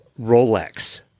Rolex